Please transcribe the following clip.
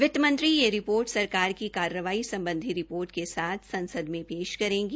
वित्तमंत्री यह रिपोर्ट सरकार की कार्रवाई सम्बधी रिपोर्ट के साथ संसद में पेश करेंगी